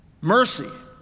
mercy